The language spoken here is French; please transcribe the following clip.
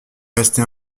resté